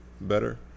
better